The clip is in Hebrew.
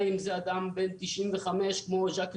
הם החליטו לקחת אותן ולהעביר אותן לתל השומר בגזל.